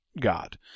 God